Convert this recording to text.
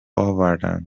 آوردن